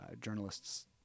journalists